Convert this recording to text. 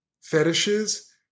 fetishes